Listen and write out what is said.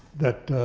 that